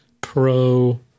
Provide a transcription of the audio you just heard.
pro